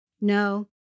No